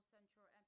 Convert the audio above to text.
Central